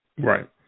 Right